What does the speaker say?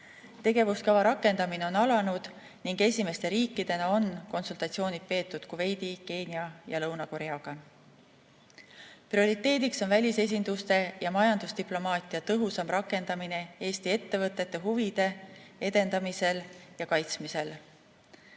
Tegevuskava rakendamine on alanud ning esimeste riikidena on konsultatsioonid peetud Kuveidi, Keenia ja Lõuna-Koreaga. Prioriteediks on välisesinduste ja majandusdiplomaatia tõhusam rakendamine Eesti ettevõtete huvide edendamisel ja kaitsmisel